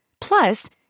Plus